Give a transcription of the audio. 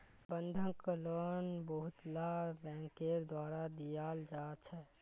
बंधक लोन बहुतला बैंकेर द्वारा दियाल जा छे